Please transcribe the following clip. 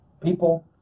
people